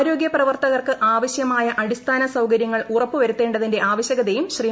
ആരോഗൃ പ്രവർത്തകർക്ക് ആവശ്യമായ അടിസ്ഥാന സൌകര്യങ്ങൾ ഉറപ്പുവരുത്തേണ്ടതിന്റെ ആവശ്യകതയും ശ്രീ